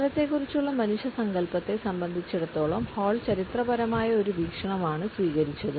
കാലത്തെക്കുറിച്ചുള്ള മനുഷ്യസങ്കൽപ്പത്തെ സംബന്ധിച്ചിടത്തോളം ഹാൾ ചരിത്രപരമായ ഒരു വീക്ഷണം ആണ് സ്വീകരിച്ചത്